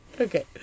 Okay